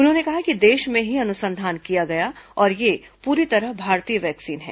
उन्होंने कहा कि देश में ही अनुसंधान किया गया और यह पूरी तरह भारतीय वैक्सीन है